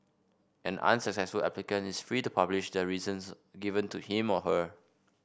an unsuccessful applicant is free to publish the reasons given to him or her